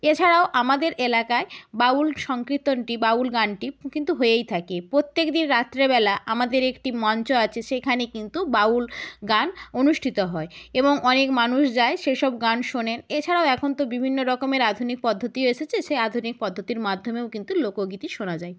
এছাড়াও আমাদের এলাকায় বাউল সংকীর্তনটি বাউল গানটি কিন্তু হয়েই থাকে প্রত্যেক দিন রাত্রেবেলা আমাদের একটি মঞ্চ আছে সেখানে কিন্তু বাউল গান অনুষ্ঠিত হয় এবং অনেক মানুষ যায় সেসব গান শোনে এছাড়াও এখন তো বিভিন্ন রকমের আধুনিক পদ্ধতি এসেছে সেই আধুনিক পদ্ধতির মাধ্যমেও কিন্তু লোকগীতি শোনা যায়